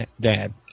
dad